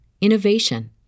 innovation